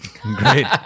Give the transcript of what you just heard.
great